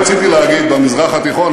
רציתי להגיד במזרח התיכון,